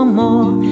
more